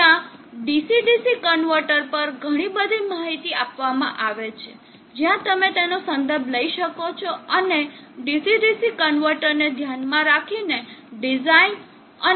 જ્યાં DC DC converter પર ઘણી બધી માહિતી આપવામાં આવે છે જ્યાં તમે તેનો સંદર્ભ લઈ શકો છો અને DC DC કન્વર્ટરને ધ્યાનમાં રાખીને ડિઝાઇન અને વધુ સમજ મેળવી શકો છો